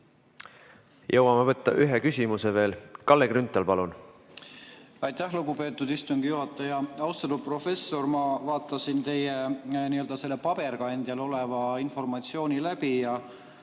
Jõuame võtta ühe küsimuse veel. Kalle Grünthal, palun!